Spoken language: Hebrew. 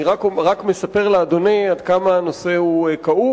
אני רק מספר לאדוני עד כמה הנושא כאוב,